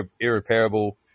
irreparable